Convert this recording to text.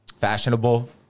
fashionable